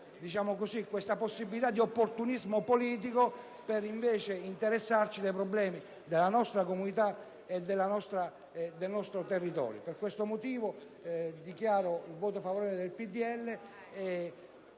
superato ogni ipotesi di opportunismo politico per interessarci invece dei problemi della nostra comunità e del nostro territorio. Per questo motivo dichiaro il voto favorevole